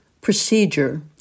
procedure